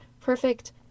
perfect